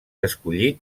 escollit